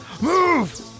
Move